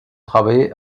travaillé